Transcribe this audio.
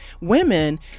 Women